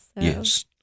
Yes